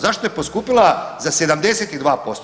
Zašto je poskupila za 72%